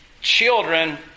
Children